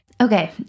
Okay